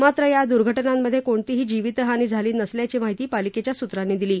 मात्र या दर्घटनांमध्ये कोणतीही जीवित हानी झाली नसल्याची माहिती पालिकेच्या सूत्रांनी दिली